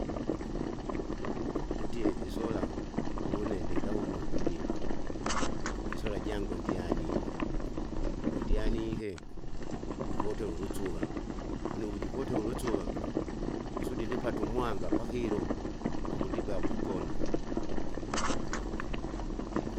Tutie isola, une ndigahume kwilima, isola jangu ndianike, wundianike, jikotela ulusuva, une wujikotela ulusuva? kusudi ndipate umwanga pakilo, uvundiba kwikona.